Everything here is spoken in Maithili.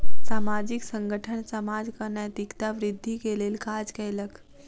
सामाजिक संगठन समाजक नैतिकता वृद्धि के लेल काज कयलक